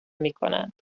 میکنند